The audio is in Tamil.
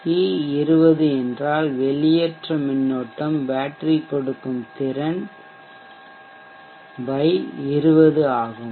சி 20 என்றால்வெளியேற்ற மின்னோட்டம் பேட்டரி கொடுக்கும் திறன் 20 ஆகும்